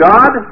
God